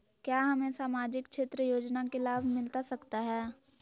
क्या हमें सामाजिक क्षेत्र योजना के लाभ मिलता सकता है?